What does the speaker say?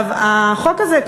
החוק הזה,